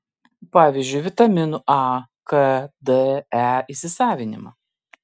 pavyzdžiui vitaminų a k d e įsisavinimą